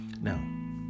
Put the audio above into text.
now